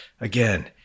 again